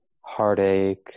heartache